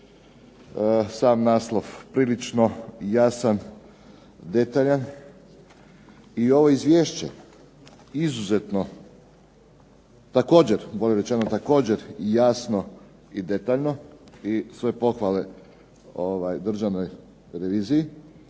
Sam naslov prilično jasan i detaljan. I ovo izvješće izuzetno također, bolje rečeno također jasno i detaljno i sve pohvale Državnoj reviziji.